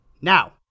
Now